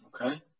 Okay